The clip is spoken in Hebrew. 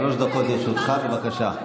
שלוש דקות לרשותך, בבקשה.